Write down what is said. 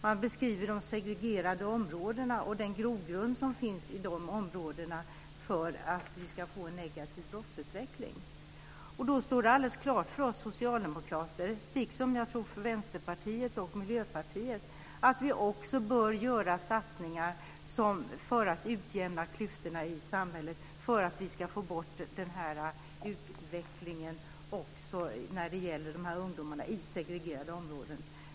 Man beskriver de segregerade områdena och den grogrund som finns där för en negativ brottsutveckling. Det står alldeles klart för oss socialdemokrater, liksom jag tror att det gör för Vänsterpartiet och Miljöpartiet, att vi bör göra satsningar för att utjämna klyftorna i samhället och vända utvecklingen när det gäller ungdomar i segregerade områden.